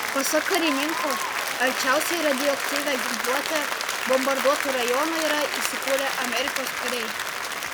pasak karininko arčiausiai radioaktyvia ginkluote bombarduotų rajonų yra įsikūrę amerikos kariai